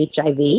HIV